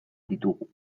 ditugu